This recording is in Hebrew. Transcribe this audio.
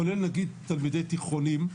כולל נגיד תלמידי תיכונים,